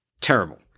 Terrible